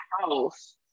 house